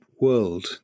world